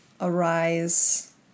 arise